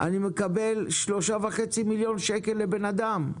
אני מקבל 3.5 מיליון שקל לבן אדם.